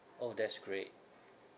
orh that's great